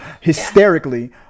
Hysterically